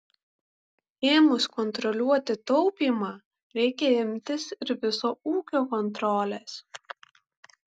ėmus kontroliuoti taupymą reikia imtis ir viso ūkio kontrolės